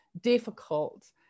difficult